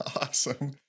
Awesome